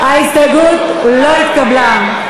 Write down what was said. ההסתייגות לא התקבלה.